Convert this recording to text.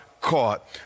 caught